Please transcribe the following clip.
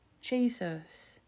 Jesus